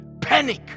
panic